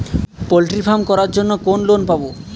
Poultry farm করার জন্য কোন লোন পাব?